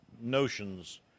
notions